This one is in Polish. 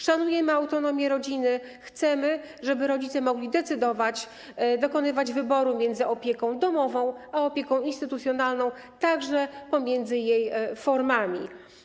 Szanujemy autonomię rodziny, chcemy, żeby rodzice mogli decydować, dokonywać wyboru między opieką domową a opieką instytucjonalną, także pomiędzy jej formami.